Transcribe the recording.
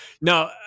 no